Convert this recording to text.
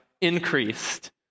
increased